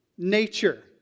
nature